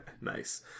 Nice